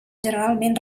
generalment